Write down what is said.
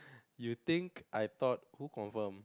you think I thought who confirmed